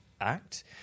Act